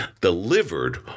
delivered